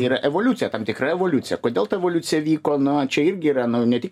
yra evoliucija tam tikra evoliucija kodėl ta evoliucija vyko na čia irgi yra no ne tik